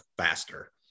faster